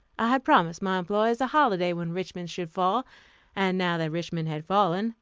i had promised my employees a holiday when richmond should fall and now that richmond had fallen,